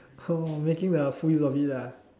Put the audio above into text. making the full use of it ah